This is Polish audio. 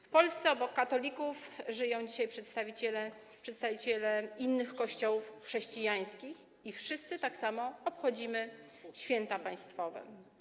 W Polsce obok katolików żyją dzisiaj przedstawiciele innych kościołów chrześcijańskich i wszyscy tak samo obchodzimy święta państwowe.